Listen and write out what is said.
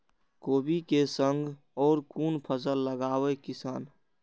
कोबी कै संग और कुन फसल लगावे किसान?